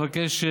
אני מבקש,